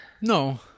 No